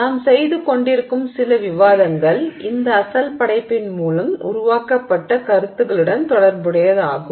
நாம் செய்து கொண்டிருக்கும் சில விவாதங்கள் இந்த அசல் படைப்பின் மூலம் உருவாக்கப்பட்ட கருத்துக்களுடன் தொடர்புடையது ஆகும்